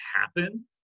happen